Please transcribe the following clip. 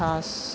थास